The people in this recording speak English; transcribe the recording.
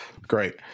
Great